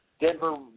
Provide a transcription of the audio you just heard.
Denver